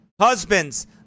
husbands